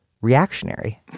reactionary